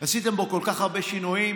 עשיתם בו כל כך הרבה שינויים,